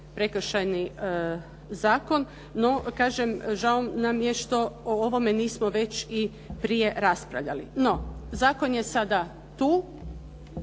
Prekršajni zakon. No, kažem žao nam je što o ovome nismo već i prije raspravljali. No, zakon je sada tu.